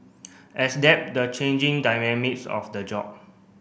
the changing dynamics of the job